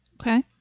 Okay